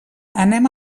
anem